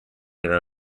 are